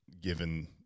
given